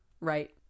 Right